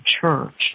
church